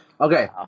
Okay